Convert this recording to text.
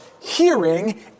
hearing